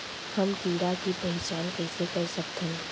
हम कीड़ा के पहिचान कईसे कर सकथन